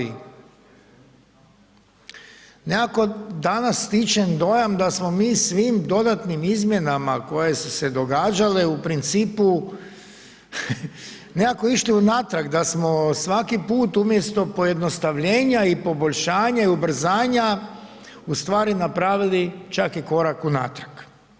Nekako danas stječem dojam da smo mi svim dodatnim izmjenama koje su se događale u principu nekako išli unatrag da smo svaki put umjesto pojednostavljenja i poboljšanja i ubrzanja ustvari napravili čak i korak unatrag.